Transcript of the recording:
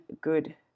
good